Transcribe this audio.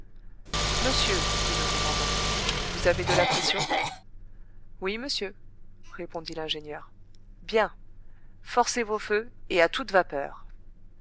monsieur dit le commandant vous avez de la pression oui monsieur répondit l'ingénieur bien forcez vos feux et à toute vapeur